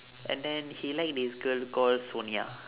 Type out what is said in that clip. and then he like this girl call sonia